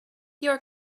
your